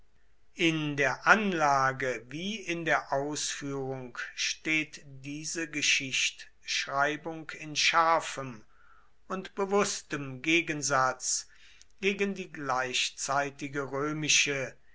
in der anlage wie in der ausführung steht diese geschichtschreibung in scharfem und bewußtem gegensatz gegen die gleichzeitige römische